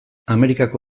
amerikako